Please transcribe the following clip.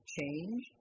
change